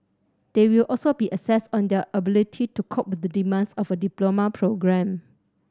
they will also be assessed on their ability to cope with the demands of a diploma programme